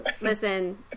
listen